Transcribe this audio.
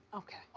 okay,